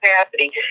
capacity